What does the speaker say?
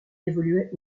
évoluait